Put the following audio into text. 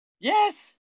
yes